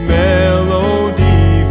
melody